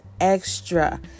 extra